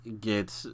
get